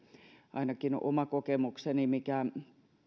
ainakin oma kokemukseni mikä